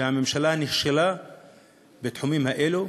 הממשלה נכשלה בתחומים האלה,